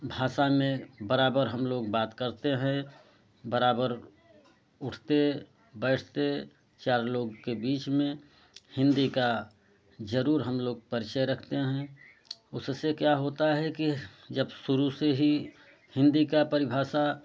भाषा में बराबर हम लोग बात करते हैं बराबर उठते बैठते चार लोग के बीच में हिंदी का ज़रूर हम लोग परिचय रखते हैं उससे क्या होता है कि जब शुरू से ही हिंदी का परिभाषा